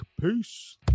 Peace